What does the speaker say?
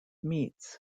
meats